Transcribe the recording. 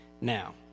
Now